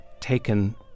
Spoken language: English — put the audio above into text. taken